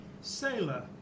Sailor